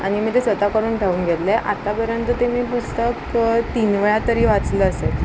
आणि मी ते स्वतः करून ठेवून घेतले आतापर्यंत ते मी पुस्तक तीन वेळा तरी वाचलं असेल